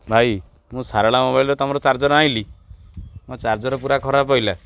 ଭାଇ ମୁଁ ସାରଳା ମୋବାଇଲରେ ତୁମର ଚାର୍ଜର ଆଣିଲି ମୋ ଚାର୍ଜର ପୁରା ଖରାପ ପଡ଼ିଲା